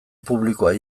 publikoa